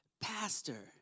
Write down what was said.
Pastor